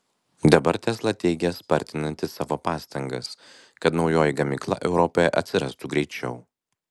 dabar tesla teigia spartinanti savo pastangas kad naujoji gamykla europoje atsirastų greičiau